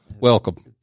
Welcome